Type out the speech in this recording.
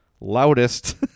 loudest